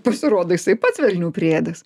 pasirodo jisai pats velnių priėdęs